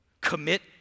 commit